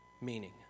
meaning